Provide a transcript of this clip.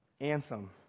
anthem